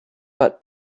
but